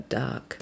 dark